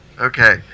Okay